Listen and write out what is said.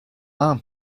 ain